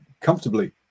comfortably